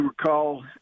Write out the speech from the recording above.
recall